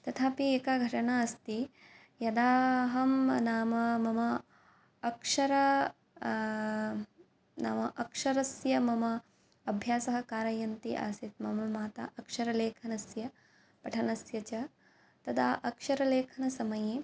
तथापि एका घटना अस्ति यदा अहं नाम मम अक्षर नाम अक्षरस्य मम अभ्यासः कारयन्ति आसीत् मम माता अक्षरलेखनस्य पठनस्य च तदा अक्षरलेखनसमये